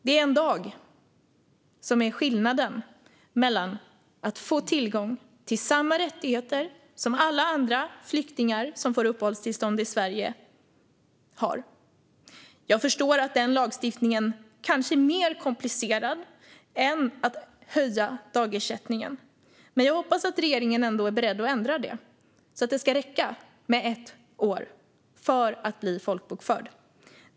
Det är en dag som är skillnaden när det gäller att få tillgång till samma rättigheter som alla andra flyktingar har som får uppehållstillstånd i Sverige. Jag förstår att det kanske är mer komplicerat att ändra den lagstiftningen än att höja dagersättningen, men jag hoppas att regeringen ändå är beredd att ändra detta, så att det ska räcka med ett år för att bli folkbokförd.